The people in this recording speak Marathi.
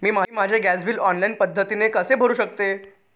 मी माझे गॅस बिल ऑनलाईन पद्धतीने कसे भरु शकते?